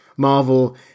Marvel